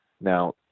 Now